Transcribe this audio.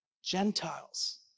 Gentiles